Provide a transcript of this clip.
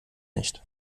nicht